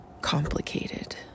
complicated